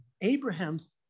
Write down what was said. Abraham's